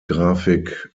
grafik